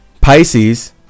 pisces